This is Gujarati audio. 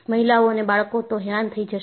મહિલાઓ અને બાળકો તો હેરાન થઈ જશે